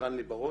מוקרן לי בראש?